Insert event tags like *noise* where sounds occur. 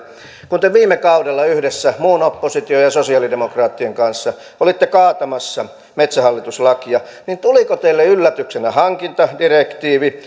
te viime kaudella yhdessä muun opposition ja sosialidemokraattien kanssa olitte kaatamassa metsähallitus lakia niin tuliko teille yllätyksenä hankintadirektiivi *unintelligible*